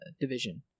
division